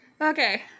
Okay